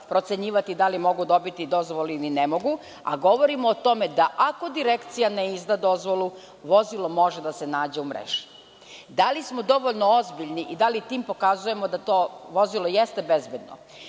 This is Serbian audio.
procenjivati da li mogu dobiti dozvole ili ne mogu, a govorimo o tome da, ako Direkcija ne izda dozvolu, vozilo može da se nađe u mreži. Da li smo dovoljno ozbiljni i da li time pokazujemo da to vozilo jeste bezbedno?